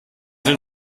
den